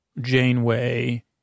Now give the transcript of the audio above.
Janeway